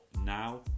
now